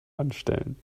anstellen